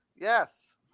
Yes